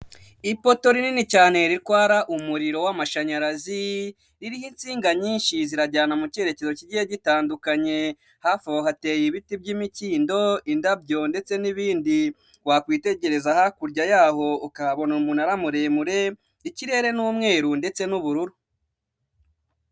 Ipoto rinini cyane ritwara umuriro w'amashanyarazi, ririho insinga nyinshi zirajyana mu cyerekezo kigiye gitandukanye, hafi aho hateye ibiti by'imikindo, indabyo ndetse n'ibindi, wakwitegereza hakurya yaho ukabona umunara muremure, ikirere ni umweru ndetse n'ubururu.